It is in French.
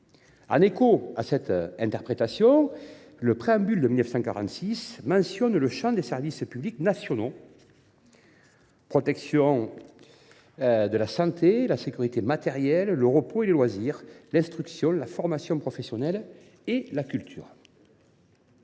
En écho à cette interprétation, le préambule de la Constitution de 1946 mentionne le champ des services publics nationaux : la protection de la santé, la sécurité matérielle, le repos et les loisirs, l’instruction, la formation professionnelle et la culture.